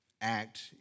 act